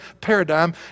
paradigm